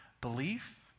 belief